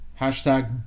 Hashtag